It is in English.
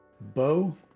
bow